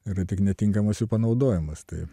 yra tik netinkamas jų panaudojimas tai